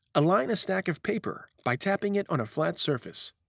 align a stack of paper by tapping it on a flat surface.